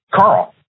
Carl